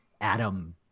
Adam